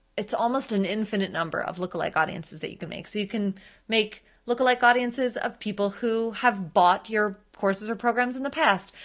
it's almost an infinite number of lookalike audiences that you can make. so you can make lookalike audiences of people who have bought your courses or programs in the past,